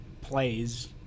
plays